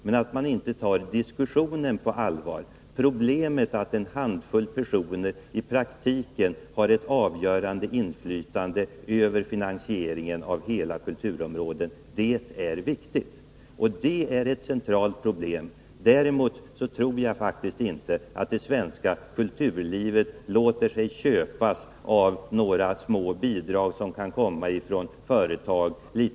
Men att man inte tar diskussionen på allvar och inte heller beaktar, att en handfull personer i praktiken har ett avgörande inflytande över finansieringen av hela kulturområden är ett centralt problem. Däremot tror jag faktiskt inte att det svenska kulturlivet låter sig köpas av några små bidrag från företag.